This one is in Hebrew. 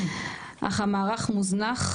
אך המערך מוזנח,